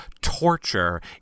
torture